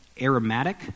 aromatic